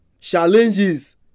Challenges